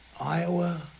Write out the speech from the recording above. Iowa